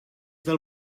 del